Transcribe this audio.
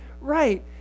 right